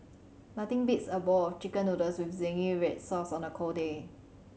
nothing beats a bowl of Chicken Noodles with zingy red sauce on a cold day